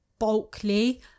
bulkly